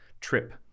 trip